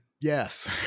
Yes